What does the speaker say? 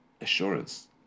assurance